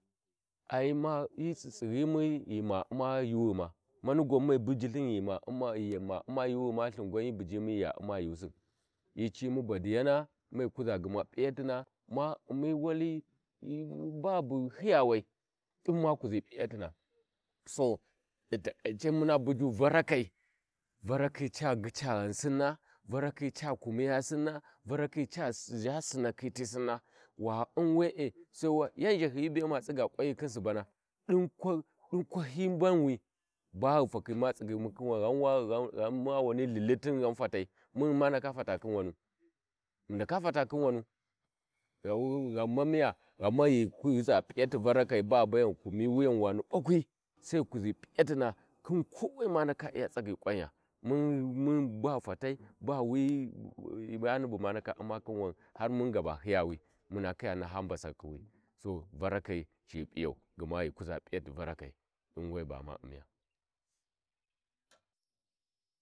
Aima hi tsitsighi mun ghi ma uma guughuma man gwa maghi bujilthi ghima uma ghi ghu ma uma thin gwan hi buyi mu ghi ya uma yuusin hi aimu ɓadiyana me kuʒa gma p’iyatina ma umi wali uuu babu hiya wai dim ma kuʒi p’iyatina so di taƙƙaice muna buju Vara Kai Varakai ca ghica ghan Sinna Varakai ca Kumiya sinna Varakai ca zha Sinnakhi ti Sinna Wa un wee Sai wa ya zhahiyi bee ma tsiga ƙwanya khin Subana din kwahi mbanwi bawu takhi ma tsigyi mu khin wan ghama ghan wani ithilitina ghan tatai mun dama fata khin Wanu ghi ndaka fata khin wanu ghama miya ghama ghi kuʒa p’iyati Varakai baghu bayan ghi kumi wuyan wani ɓakwi Sai ghu kuʒi p’iyatina khin kowai ma ma ndaka iya tsagyi ƙwaya mun mun ba fatai ba wi wuu wi wiyani bu dama uma khin wani har mun gaba hiyawi har mun khiya naha mbasakhi wi so Varakai ci p’iyau gma ghi kuʒa p’iyati Varakai we bama umiya.